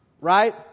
Right